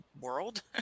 world